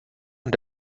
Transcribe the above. und